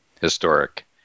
historic